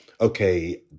okay